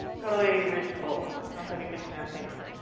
totally reasonable. sounds like a good plan, thanks.